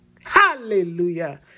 Hallelujah